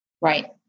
Right